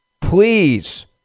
please